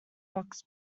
box